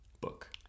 book